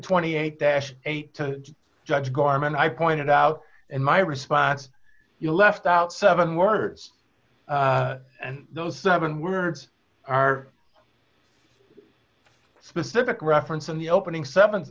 twenty eight dash eight to judge garman i pointed out in my response you left out seven words and those seven words are specific reference in the opening seven